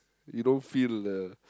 you don't feel the